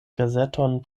gazeton